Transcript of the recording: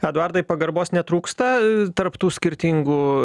eduardai pagarbos netrūksta tarp tų skirtingų